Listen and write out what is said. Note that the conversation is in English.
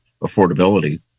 affordability